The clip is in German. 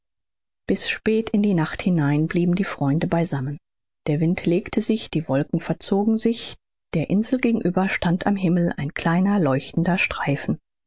bis spät in die nacht hinein blieben die freunde beisammen der wind legte sich die wolken verzogen sich der insel gegenüber stand am himmel ein kleiner leuchtender streifen